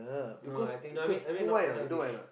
no I think no I mean I mean not end of this